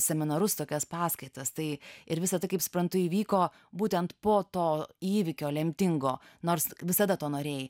seminarus tokias paskaitas tai ir visa tai kaip suprantu įvyko būtent po to įvykio lemtingo nors visada to norėjai